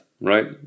right